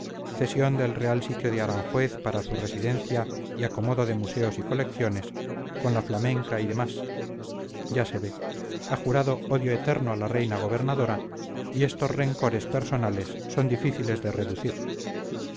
cesión del real sitio de aranjuez para su residencia y acomodo de museos y colecciones con la flamenca y demás ya se ve ha jurado odio eterno a la reina gobernadora y estos rencores personales son difíciles de reducir